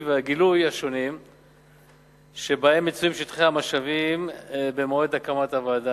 והגילוי השונים שבהם מצויים שטחי המשאבים במועד הקמת הוועדה.